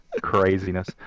Craziness